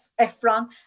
Efron